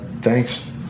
thanks